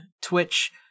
Twitch